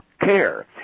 care